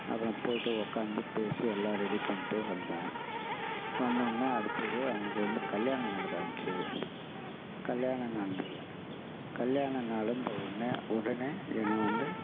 அப்புறம் போய்விட்டு உக்காந்து பேசி எல்லாம் ரெடி பண்ணிட்டு வந்தேன் வந்தவுன்னே அடுத்தது அவனுக்கு வந்து கல்யாணம் நடக்க ஆரம்பித்தது கல்யாணம் நடந்தது கல்யாணம் நடந்தவுன்னே உடனே என்னை வந்து